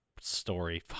Story